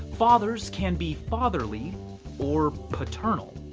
fathers can be fatherly or paternal.